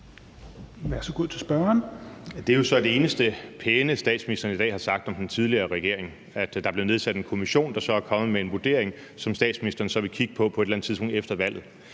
Det er jo så det eneste pæne, statsministeren i dag har sagt om den tidligere regering: at der er blevet nedsat en kommission, der så er kommet med en vurdering, som statsministeren så vil kigge på på et eller andet tidspunkt efter valget.